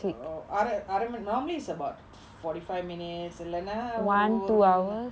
oh அர~ அர~:ara~ ara~ normally is about forty five minutes இல்லனா ஒரு ஒரு மணி:illanaa oru oru mani